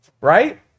Right